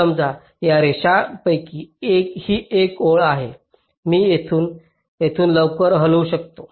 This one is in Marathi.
समजा या रेषांपैकी ही एक ओळ मी येथून येथून हलवू शकते